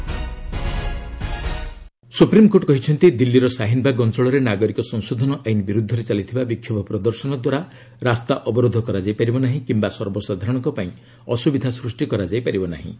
SC Shaheen Bagh supreme court କହିଛନ୍ତି ଦିଲ୍ଲୀର ସାହିନବାଗ ଅଞ୍ଚଳରେ ନାଗରିକ ସଂଶୋଧନ ଆଇନ ବିରୁଦ୍ଧରେ ଚାଲିଥିବା ବିକ୍ଷୋଭ ପ୍ରଦର୍ଶନ ଦ୍ୱାରା ରାସ୍ତା ଅବରୋଧ କରାଯାଇ ପାରିବ ନାହିଁ କିୟା ସର୍ବସାଧାରଣଙ୍କ ପାଇଁ ଅସ୍ତ୍ରିଧା ସୃଷ୍ଟି କରାଯାଇ ପାରିବ ନାହିଁ